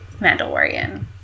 Mandalorian